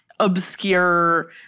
obscure